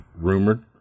rumored